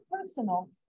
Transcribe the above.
personal